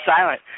silent